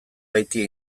baitie